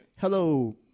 hello